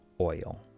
oil